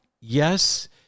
yes